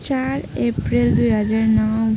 चार अप्रेल दुई हजार नौ